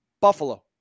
Buffalo